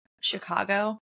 Chicago